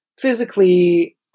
physically